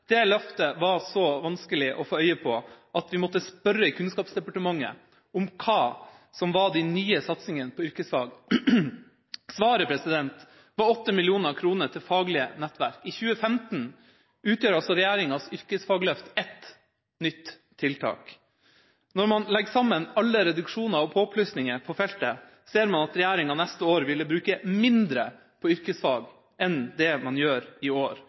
Det løftet var så vanskelig å få øye på at vi måtte spørre Kunnskapsdepartementet hva som var de nye satsingene på yrkesfag. Svaret var 8 mill. kr til faglige nettverk. I 2015 utgjør altså regjeringas yrkesfagløft ett nytt tiltak. Når man legger sammen alle reduksjoner og påplussinger på feltet, ser man at regjeringa neste år ville bruke mindre på yrkesfag enn det man gjør i år.